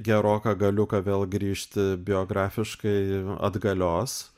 ge geroka galiuką vėl grįžti biografiškai atgalios